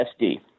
SD